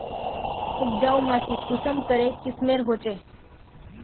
उपजाऊ माटी कुंसम करे किस्मेर होचए?